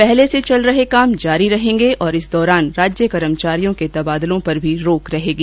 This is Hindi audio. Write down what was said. पहले से चल रहे काम जारी रहेंगे और इस दौरान राज्य कर्मचारियों के तबादलों पर भी रोक रहेगी